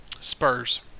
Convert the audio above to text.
Spurs